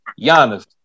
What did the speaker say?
Giannis